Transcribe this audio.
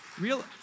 Real